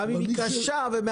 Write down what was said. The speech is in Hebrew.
גם אם היא קשה ומאתגרת.